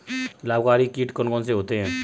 लाभकारी कीट कौन कौन से होते हैं?